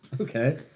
Okay